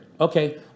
Okay